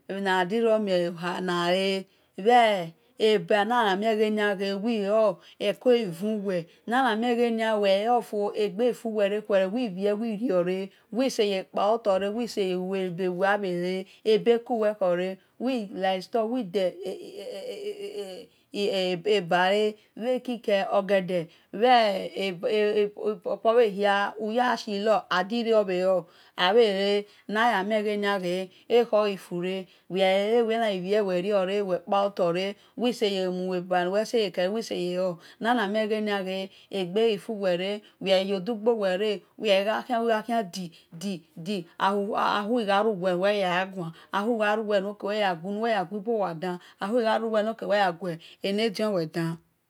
Emhina-di-ri mie bho ha na e̱ bhe eba na na mhen weh ghe weh gha lor egbe ghi fuwe re wi seye kpa-mhoto re wi suye ebekuwe khore wi la store-wi-de abule wi emhi kike ogede bhe popo bhe hia uya shilo abhele bhegiana mie wel ekho khi fure weh ghaghi e̱ weh na ghi brie weh kpabboto wi-seye mueba nuwe lekele wi saye lo bhegia na mie weh gha mo dugho wigha khian di-di-di ahu gharu we e̱ nu weh ya ya gha gua ahu gha ruwele nuwe ya ya gui bowa dan ahu gha ruwele no weh yan ya gue̱ ne diowe dan